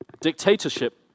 Dictatorship